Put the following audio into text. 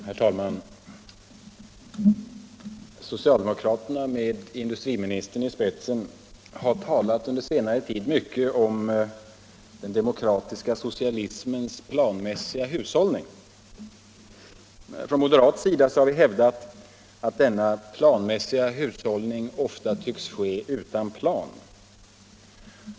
Herr talman! Socialdemokraterna med industriministern i spetsen har under senare tid talat mycket om den demokratiska socialismens planmässiga hushållning. Från moderat sida har vi hävdat att denna planmässiga hushållning ofta tycks ske utan plan.